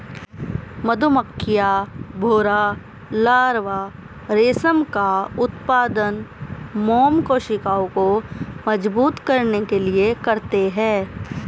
मधुमक्खियां, भौंरा लार्वा रेशम का उत्पादन मोम कोशिकाओं को मजबूत करने के लिए करते हैं